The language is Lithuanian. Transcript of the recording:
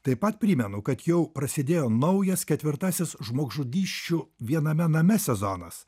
taip pat primenu kad jau prasidėjo naujas ketvirtasis žmogžudysčių viename name sezonas